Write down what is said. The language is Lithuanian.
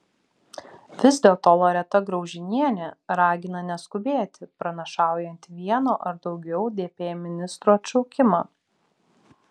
vis dėlto loreta graužinienė ragina neskubėti pranašaujant vieno ar daugiau dp ministrų atšaukimą